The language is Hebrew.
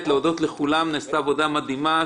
נעשתה עבודה מדהימה,